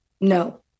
No